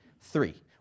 Three